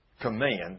command